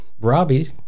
Robbie